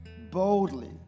boldly